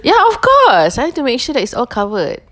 ya of course I need to make sure that it's all covered